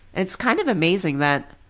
it's kind of amazing that,